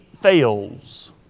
fails